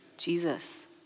Jesus